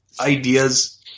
ideas